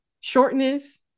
shortness